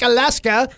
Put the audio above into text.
Alaska